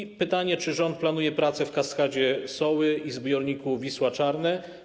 I pytanie: Czy rząd planuje prace w kaskadzie Soły i zbiorniku Wisła Czarne?